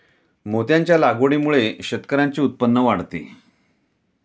मोत्यांच्या लागवडीमुळे शेतकऱ्यांचे उत्पन्न वाढते